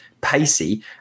pacey